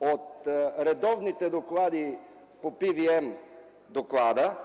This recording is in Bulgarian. от редовните доклади по PVM доклада